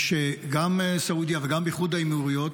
גם סעודיה וגם איחוד האמירויות